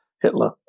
Hitler